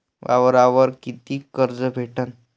वावरावर कितीक कर्ज भेटन?